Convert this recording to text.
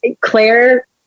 Claire